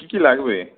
কী কী লাগবে